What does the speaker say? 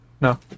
No